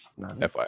FY